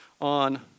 on